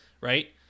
right